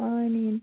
হয়নে